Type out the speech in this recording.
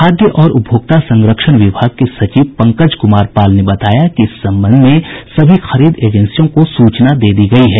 खाद्य और उपभोक्ता संरक्षण विभाग के सचिव पंकज कुमार पाल ने बताया कि इस संबंध में सभी खरीद एजेंसियों को सूचना दे दी गयी है